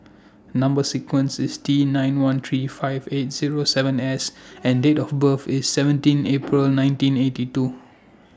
Number sequence IS T nine one three five eight Zero seven S and Date of birth IS seventeen April nineteen eighty two